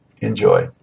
Enjoy